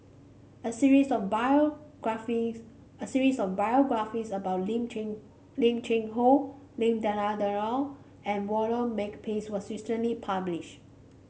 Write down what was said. a series of biographies a series of biographies about Lim Cheng Lim Cheng Hoe Lim Denan Denon and Walter Makepeace was recently published